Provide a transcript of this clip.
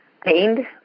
pained